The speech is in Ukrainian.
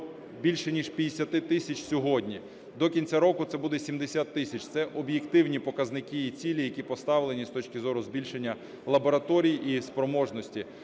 більше ніж 50 тисяч сьогодні. До кінця року це буде 70 тисяч. Це об'єктивні показники і цілі, які поставлені з точки зору збільшення лабораторій і їх спроможності.